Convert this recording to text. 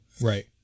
Right